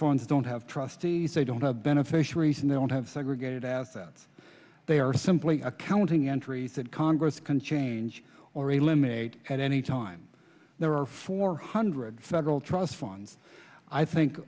funds don't have trustees they don't have beneficiaries and they don't have segregated assets they are simply accounting entries that congress can change or a limited at any time there are four hundred federal trust funds i think